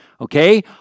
Okay